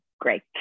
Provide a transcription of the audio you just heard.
great